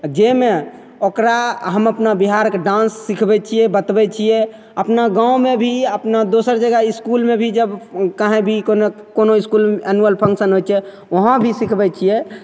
आओर जाहिमे ओकरा हम अपना बिहारके डान्स सिखबै छिए बतबै छिए अपना गाममे भी अपना दोसर जगह इसकुलमे भी जब कहीँ भी कोनो इसकुलमे एनुअल फन्क्शन होइ छै वहाँ भी सिखबै छिए